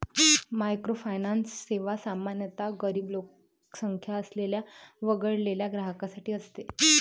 microfinance सेवा सामान्यतः गरीब लोकसंख्या असलेल्या वगळलेल्या ग्राहकांसाठी असते